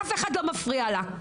אף אחד לא מפריע לה.